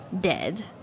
dead